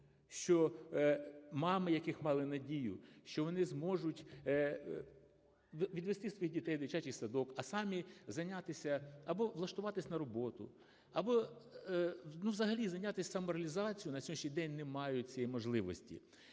що… мами яких мали надію, що вони зможуть відвести своїх дітей в дитячий садок, а самі зайнятися… або влаштуватися на роботу, або, ну взагалі зайнятися самореалізацією, на сьогоднішній день не мають цієї можливості.